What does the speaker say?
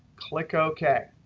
click ok.